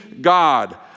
God